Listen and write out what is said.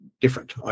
different